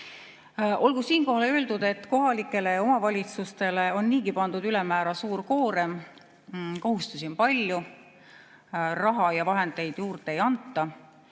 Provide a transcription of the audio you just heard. siinkohal öeldud, et kohalikele omavalitsustele on niigi pandud ülemäära suur koorem. Kohustusi on palju, aga raha ja vahendeid juurde ei anta.